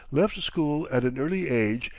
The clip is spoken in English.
left school at an early age,